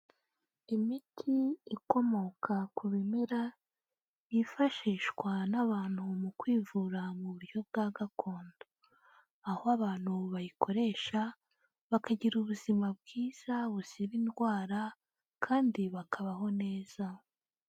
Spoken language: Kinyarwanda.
Imiti ikomoka ku bimera yifashishwa n'abantu mu kwivura mu buryo bwa gakondo, aho abantu bayikoresha bakagira ubuzima bwiza buzi indwara kandi bakabaho neza.